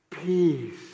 peace